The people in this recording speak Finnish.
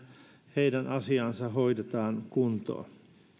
heidän asiaansa hoidetaan kuntoon